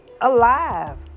alive